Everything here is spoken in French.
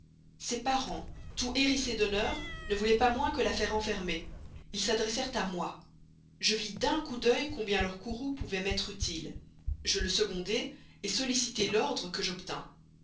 ses parents tout hérissés d'honneur ne voulaient pas moins que la faire enfermer ils s'adressèrent à moi je vis d'un coup d'oeil combien leur courroux pouvait m'être utile je le secondai sollicitai l'ordre que j'obtins